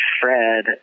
Fred